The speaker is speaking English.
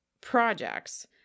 projects